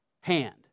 hand